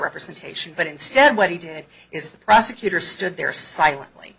representation but instead what he did is the prosecutor stood there silently